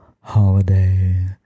holiday